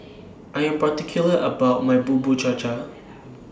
I Am particular about My Bubur Cha Cha